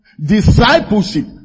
Discipleship